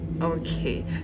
okay